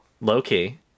low-key